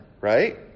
right